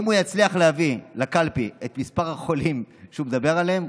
אם הוא יצליח להביא לקלפי את מספר החולים שהוא מדבר עליהם,